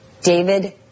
David